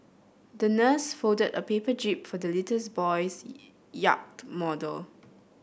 the nurse folded a paper jib for the little boy's yacht model